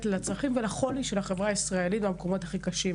לצרכים ולחולי של החברה הישראלית במקומות הכי קשים.